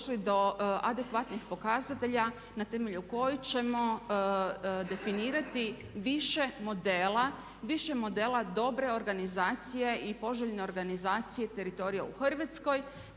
došli do adekvatnih pokazatelja na temelju kojih ćemo definirati više modela dobre organizacije i poželjne organizacije teritorija u Hrvatskoj